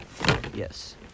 Yes